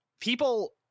People